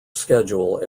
schedule